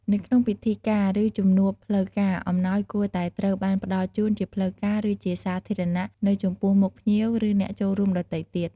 នៅក្នុងពិធីការ ឬជំនួបផ្លូវការ អំណោយគួរតែត្រូវបានផ្តល់ជូន ជាផ្លូវការ ឬជាសាធារណៈ នៅចំពោះមុខភ្ញៀវ ឬអ្នកចូលរួមដទៃទៀត។